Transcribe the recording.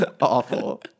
Awful